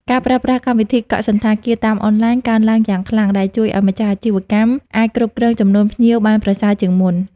ការប្រើប្រាស់កម្មវិធីកក់សណ្ឋាគារតាមអនឡាញកើនឡើងយ៉ាងខ្លាំង ដែលជួយឱ្យម្ចាស់អាជីវកម្មអាចគ្រប់គ្រងចំនួនភ្ញៀវបានប្រសើរជាងមុន។